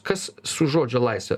kas su žodžio laisve